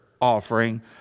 offering